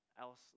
else